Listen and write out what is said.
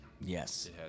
Yes